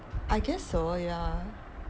I guess so ya